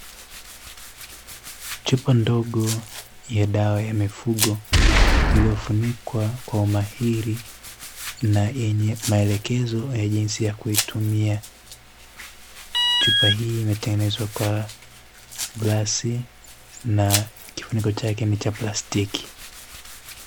Chupa ndogo ya dawa ya mifugo, iliyofunikwa kwa umahiri na yenye maelekezo ya jinsi ya kuitumia. Chupa hii imetengenezwa kwa glasi, na kifuniko chake ni cha plastiki.